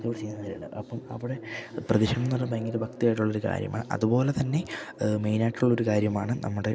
ഇത് ചെയ്യുന്നവരുണ്ട് അപ്പം അവിടെ പ്രദിക്ഷിണം എന്നു പറഞ്ഞാൽ ഭയങ്കര ഭക്തിയായിട്ടുള്ളൊരു കാര്യമാണ് അതുപോലെതന്നെ മെയിനായിട്ടുള്ളൊരു കാര്യമാണ് നമ്മുടെ